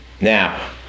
Now